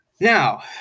Now